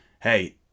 hey